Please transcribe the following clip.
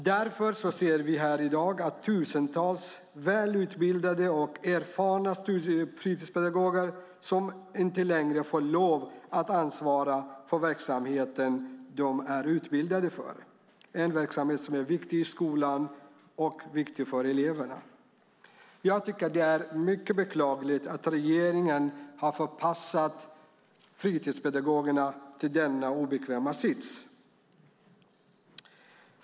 Därför ser vi i dag att tusentals väl utbildade och erfarna fritidspedagoger inte längre får lov att ansvara för den verksamhet som de är utbildade för, en verksamhet som är viktig i skolan och viktig för eleverna. Jag tycker att det är mycket beklagligt att regeringen har förpassat fritidspedagogerna till denna obekväma sits.